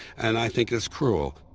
and i think it's cruel.